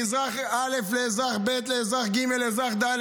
מאזרח א' לאזרח ב' לאזרח ג' לאזרח ד',